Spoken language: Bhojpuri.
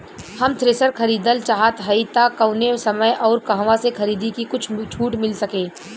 हम थ्रेसर खरीदल चाहत हइं त कवने समय अउर कहवा से खरीदी की कुछ छूट मिल सके?